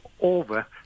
over